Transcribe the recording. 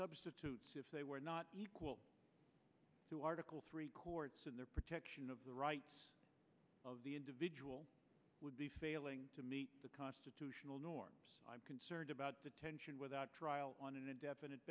substitutes if they were not to article three courts and their protection of the rights of the individual would be failing to meet the constitutional norm i'm concerned about detention without trial on a definite